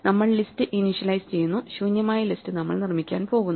നമ്മൾ list initialise ചെയ്യുന്നു ശൂന്യമായ ലിസ്റ്റ് നമ്മൾ നിർമ്മിക്കാൻ പോകുന്നു